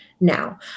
now